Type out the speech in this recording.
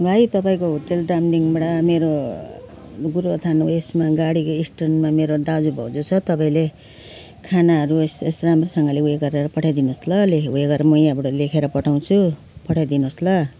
भाइ तपाईँको होटेल डामडिङबाट मेरो गोरुबथान ऊ यसमा गाडीको स्ट्यान्डमा मेरो दाजु भाउजू तपाईँले खानाहरू यस्तो यस्तो राम्रोसँगले ऊ यो गरेर पठाइदिनुस् ल लेखेको ऊ यो गरेर म यहाँबाट लेखेर पठाउँछु पठाइदिनुहोस् ल